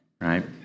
right